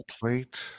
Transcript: plate